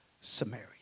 Samaria